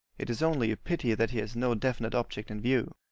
it is only a pity that he has no definite object in view.